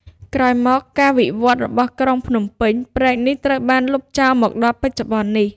ក្រោយមកការវិវត្តន៍របស់ក្រុងភ្នំពេញ ព្រែកនេះត្រូវបានលុបចោលមកដល់បច្ចុប្បន្ននេះ ។